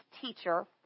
teacher